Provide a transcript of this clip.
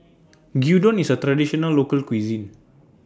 Gyudon IS A Traditional Local Cuisine